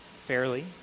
fairly